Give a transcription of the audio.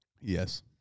Yes